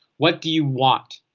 what do you want.